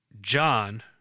John